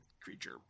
creature